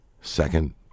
second